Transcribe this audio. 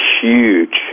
huge